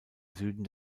süden